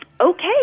okay